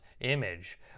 image